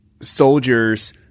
soldiers